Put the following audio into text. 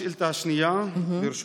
השאילתה השנייה, ברשותך,